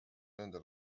nõnda